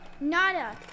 nada